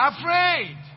Afraid